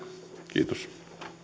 kiitos